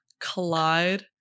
collide